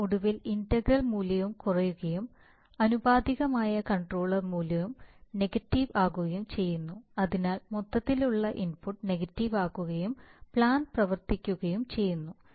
എന്നാൽ ഒടുവിൽ ഇന്റഗ്രൽ മൂല്യവും കുറയുകയും ആനുപാതികമായ കൺട്രോളർ മൂല്യവും നെഗറ്റീവ് ആകുകയും ചെയ്യുന്നു അതിനാൽ മൊത്തത്തിലുള്ള ഇൻപുട്ട് നെഗറ്റീവ് ആകുകയും പ്ലാന്റ് പ്രവർത്തിക്കുകയും ചെയ്യുന്നു